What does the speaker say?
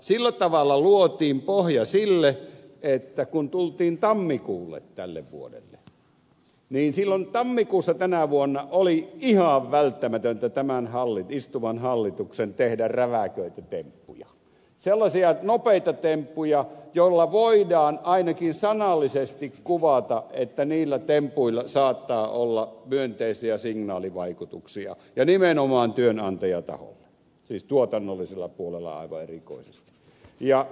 sillä tavalla luotiin pohja sille että kun tultiin tämän vuoden tammikuulle niin oli ihan välttämätöntä tämän istuvan hallituksen tehdä räväköitä temppuja sellaisia nopeita temppuja joilla voidaan ainakin sanallisesti kuvata että näillä tempuilla saattaa olla myönteisiä signaalivaikutuksia nimenomaan työnantajataholle siis tuotannollisella puolella aivan erityisesti